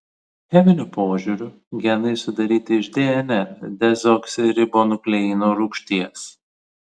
cheminiu požiūriu genai sudaryti iš dnr dezoksiribonukleino rūgšties